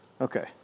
Okay